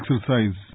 exercise